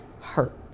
hurt